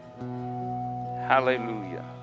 Hallelujah